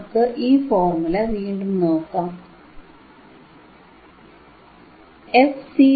നമുക്ക് ഈ ഫോർമുല വീണ്ടും നോക്കാം fC112πRC1